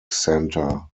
center